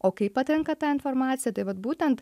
o kaip atrenka tą informaciją tai vat būtent